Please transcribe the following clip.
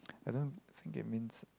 I don't think it means